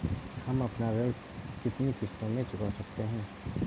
हम अपना ऋण कितनी किश्तों में चुका सकते हैं?